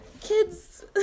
kids